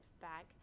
back